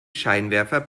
scheinwerfer